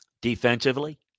defensively